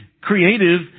creative